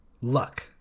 luck